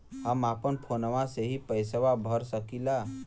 हम अपना फोनवा से ही पेसवा भर सकी ला?